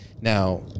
Now